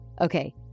okay